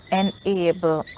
enable